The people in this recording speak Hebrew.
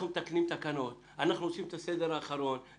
אנחנו מתקנים תקנות ואנחנו עושים את הסדר האחרון.